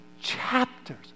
chapters